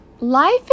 life